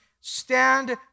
stand